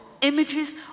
images